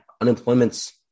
unemployment's